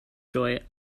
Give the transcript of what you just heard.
joy